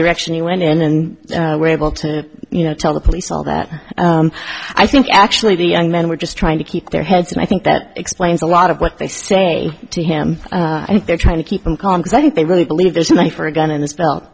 direction he went in and were able to you know tell the police all that i think actually the young men were just trying to keep their heads and i think that explains a lot of what they say to him i think they're trying to keep him calm because i think they really believe this is a for a gun in this belt